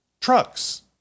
trucks